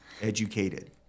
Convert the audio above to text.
educated